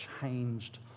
changed